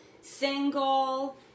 Single